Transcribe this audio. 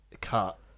cut